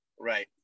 right